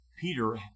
Peter